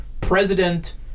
President